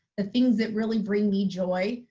the things that really bring me joy,